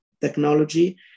technology